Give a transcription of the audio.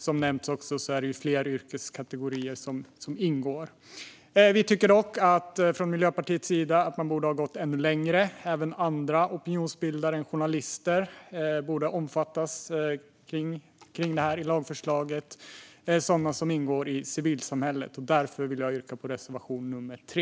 Som nämnts är det också fler yrkeskategorier som ingår i detta. Från Miljöpartiets sida tycker vi dock att man borde ha gått ännu längre. Även andra opinionsbildare än journalister - sådana som ingår i civilsamhället - borde omfattas av detta lagförslag. Därför vill jag yrka bifall till reservation 3.